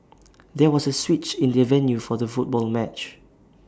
there was A switch in the venue for the football match